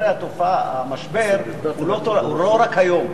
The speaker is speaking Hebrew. הרי המשבר הוא לא רק היום.